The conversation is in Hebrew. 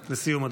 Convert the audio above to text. לסיום,